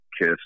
Kiss